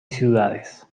ciudades